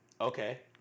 Okay